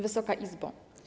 Wysoka Izbo!